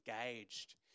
engaged